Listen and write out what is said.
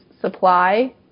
supply